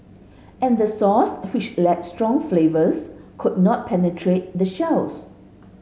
and the sauce which lacked strong flavours could not penetrate the shells